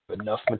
Enough